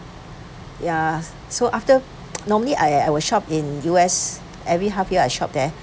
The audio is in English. so after normally I I I will shop in U_S every half year I shop there